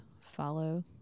follow